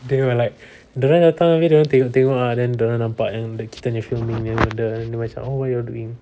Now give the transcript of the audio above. they were like dia orang datang abeh dia orang tengok tengok ah then dia orang nampak then kita punya filming punya benda then dia macam oh what you're doing